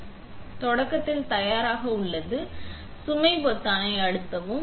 எனவே இது தொடக்கத்தில் தயாராக உள்ளது சுமை பொத்தானை அழுத்தவும்